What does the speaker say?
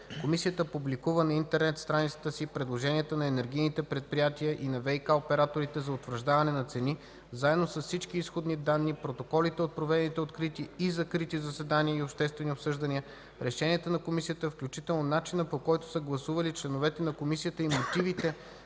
Комисията публикува на интернет страницата си предложенията на енергийните предприятия и на ВиК операторите за утвърждаване на цени заедно с всички изходни данни, протоколите от проведени открити и закрити заседания и обществени обсъждания, решенията на комисията, включително начина, по който са гласували членовете на комисията и мотивите